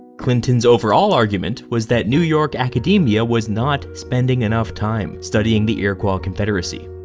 clinton's overall argument was that new york academia was not spending enough time studying the iroquois confederacy.